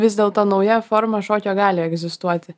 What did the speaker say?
vis dėlto nauja forma šokio gali egzistuoti